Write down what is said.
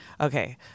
okay